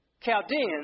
Chaldeans